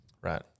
Right